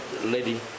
lady